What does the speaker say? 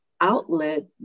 outlet